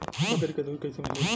बकरी क दूध कईसे मिली?